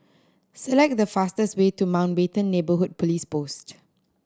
select the fastest way to Mountbatten Neighbourhood Police Post